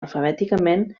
alfabèticament